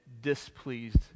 displeased